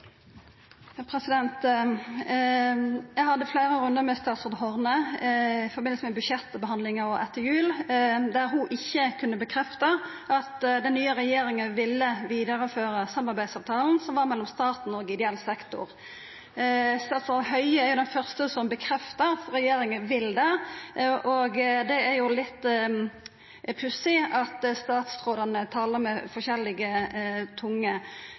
Eg hadde fleire rundar med statsråd Horne i samband med budsjettbehandlinga og etter jul, der ho ikkje kunne bekrefta at den nye regjeringa ville vidareføra samarbeidsavtalen mellom staten og ideell sektor. Statsråd Høie er den første som bekreftar at regjeringa vil gjera det, og det er litt pussig at statsrådane talar med forskjellige